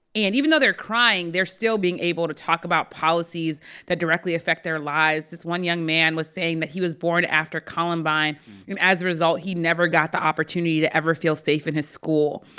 and even though they're crying, they're still being able to talk about policies that directly affect their lives this one young man was saying that he was born after columbine, and as a result, he never got the opportunity to ever feel safe in his school.